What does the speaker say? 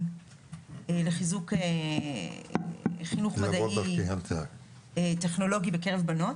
לחיזוק חינוך מדעי וטכנולוגי בקרב בנות,